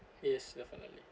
yes definitely